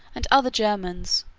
and other germans,